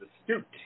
astute